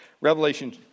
Revelation